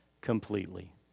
completely